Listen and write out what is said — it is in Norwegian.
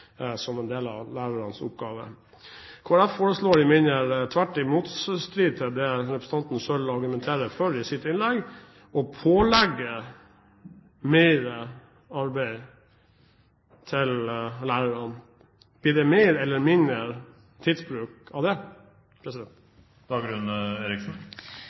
som en del av lærernes oppgaver. Kristelig Folkeparti foreslår imidlertid, i motstrid til det representanten selv argumenterer for i sitt innlegg, å pålegge lærerne mer arbeid. Blir det mer eller mindre tidsbruk av det?